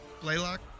Blaylock